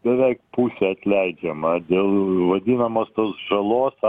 beveik pusė atleidžiama dėl vadinamos tos žalos